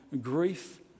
grief